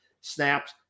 snaps